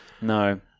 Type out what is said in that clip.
No